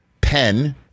pen